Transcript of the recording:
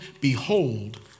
Behold